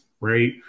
right